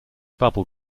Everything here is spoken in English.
bubble